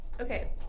okay